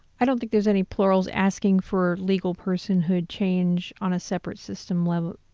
i don't think there's any plurals asking for legal personhood change on a separate system level,